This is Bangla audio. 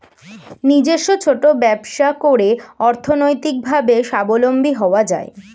নিজস্ব ছোট ব্যবসা করে অর্থনৈতিকভাবে স্বাবলম্বী হওয়া যায়